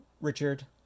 Richard